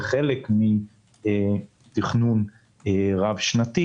זה חלק מתכנון רב-שנתי.